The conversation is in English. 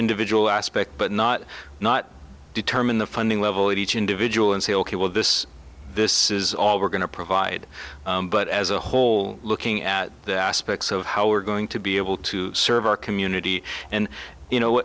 individual aspect but not not determine the funding level of each individual and say ok well this this is all we're going to provide but as a whole looking at specs of how we're going to be able to serve our community and you know